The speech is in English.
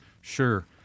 Sure